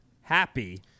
happy